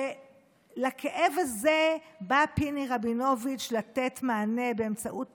לכאב הזה בא פיני רבינוביץ' לתת מענה באמצעות